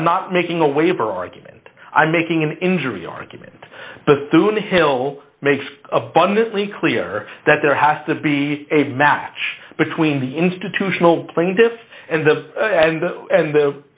is i'm not making a waiver argument i'm making an injury argument the through the hill makes abundantly clear that there has to be a match between the institutional plaintiffs and the and the